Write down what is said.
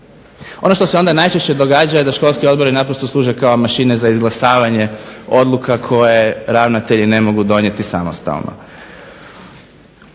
Ono što se onda najčešće događa je da školski odbori naprosto služe kao mašine za izglasavanje odluka koje ravnatelji ne mogu donijeti samostalno.